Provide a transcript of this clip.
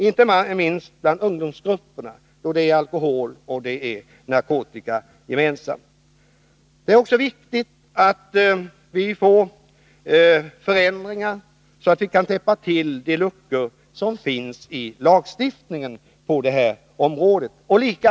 Inte minst bland ungdomar uppträder alkoholoch narkotikamissbruk gemensamt. Det är också viktigt att åstadkomma sådana förändringar att de luckor som finns i lagstiftningen på det här området kan täppas till.